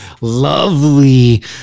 lovely